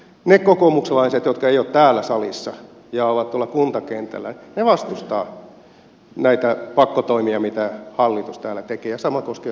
ne kokoomuslaiset jotka eivät ole täällä salissa ja ovat tuolla kuntakentällä vastustavat näitä pakkotoimia mitä hallitus täällä tekee ja sama koskee sosialidemokraatteja